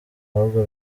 ahubwo